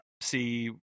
see